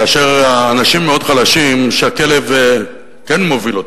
כאשר האנשים מאוד חלשים, שהכלב כן מוביל אותם,